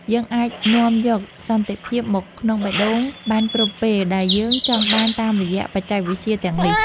យើងអាចនាំយកសន្តិភាពមកក្នុងបេះដូងបានគ្រប់ពេលដែលយើងចង់បានតាមរយៈបច្ចេកវិទ្យាទាំងនេះ។